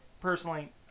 personally